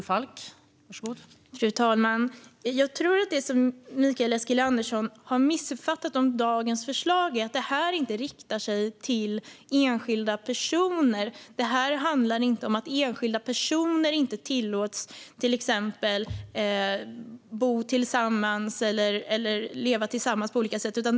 Fru talman! Jag tror att Mikael Eskilandersson har missuppfattat det här förslaget. Det riktar sig inte till enskilda personer. Det handlar inte om att enskilda personer inte tillåts att till exempel bo eller leva tillsammans med barn i äktenskap.